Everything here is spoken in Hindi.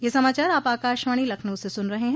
ब्रे क यह समाचार आप आकाशवाणी लखनऊ से सुन रहे हैं